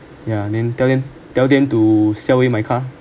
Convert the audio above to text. ya then tell them tell them to sell it my car